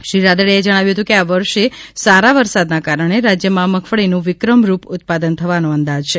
શ્રી રાદડીયાએ જણાવ્યું હતું કે આ વર્ષે સારા વરસાદને કારણે રાજ્યમાં મગફળીનું વિક્રમ રૂપ ઉત્પાદન થવાનો અંદાજ છે